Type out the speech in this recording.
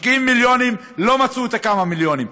משקיעים מיליונים, ולא מצאו את הכמה מיליונים.